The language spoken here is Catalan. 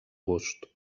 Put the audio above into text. gust